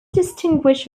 distinguish